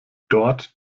dort